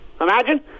Imagine